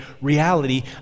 reality